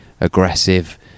aggressive